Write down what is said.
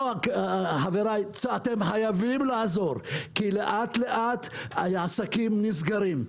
אתם חייבים לעזור כי לאט-לאט עסקים נסגרים.